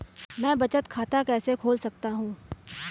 मैं बचत खाता कैसे खोल सकता हूँ?